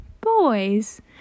Boys